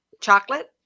Chocolate